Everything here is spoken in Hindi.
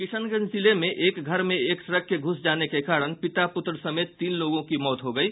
किशनगंज जिले में एक घर में एक ट्रक के घुस जाने के कारण पिता पुत्र समेत तीन लोगों की मौत हो गयी